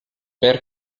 per